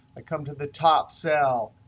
i come to the top cell,